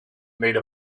made